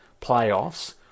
playoffs